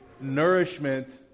nourishment